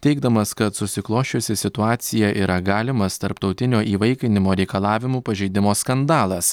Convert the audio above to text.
teigdamas kad susiklosčiusi situacija yra galimas tarptautinio įvaikinimo reikalavimų pažeidimo skandalas